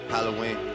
Halloween